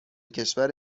کشور